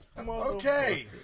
okay